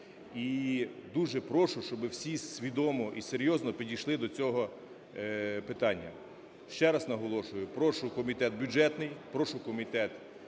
І дуже прошу, щоб всі свідомо і серйозно підійшли до цього питання. Ще раз наголошую, прошу комітет бюджетний, прошу комітет